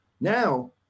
Now